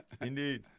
Indeed